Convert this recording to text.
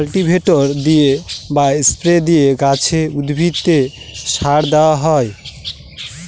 cultivator দিয়ে বা spray দিয়ে গাছে, উদ্ভিদে সার দেওয়া হয়